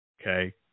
Okay